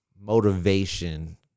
motivation